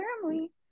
family